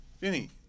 Vinny